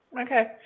Okay